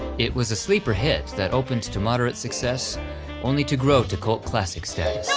it was a sleeper hit that opened to to moderate success only to grow to cult classic status.